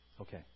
Okay